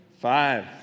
five